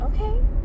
okay